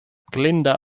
glinda